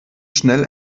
schnell